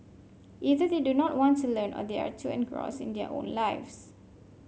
either they do not want to learn or they are too engrossed in their own lives